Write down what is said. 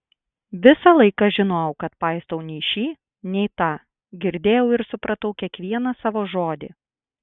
visą laiką žinojau kad paistau nei šį nei tą girdėjau ir supratau kiekvieną savo žodį